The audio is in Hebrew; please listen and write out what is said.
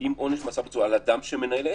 עם עונש מאסר על אדם שמנהל עסק.